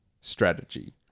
strategy